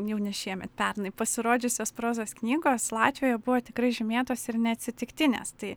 jau ne šiemet pernai pasirodžiusios prozos knygos latvijoj buvo tikrai žymėtos ir neatsitiktinės tai